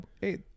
hey